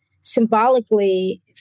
symbolically